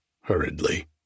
hurriedly